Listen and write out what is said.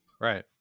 Right